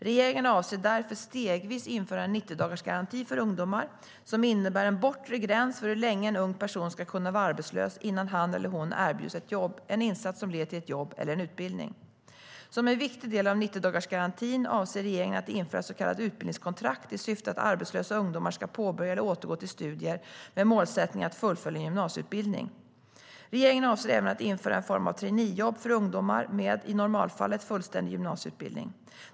Regeringen avser därför att stegvis införa en 90-dagarsgaranti för ungdomar, vilket innebär en bortre gräns för hur länge en ung person ska kunna vara arbetslös innan han eller hon erbjuds ett jobb, en insats som leder till ett jobb eller en utbildning. Som en viktig del av 90-dagarsgarantin avser regeringen att införa så kallade utbildningskontrakt i syfte att arbetslösa ungdomar ska påbörja eller återgå till studier med målsättningen att fullfölja en gymnasieutbildning. Regeringen avser även att införa en form av traineejobb för ungdomar med, i normalfallet, fullständig gymnasieutbildning.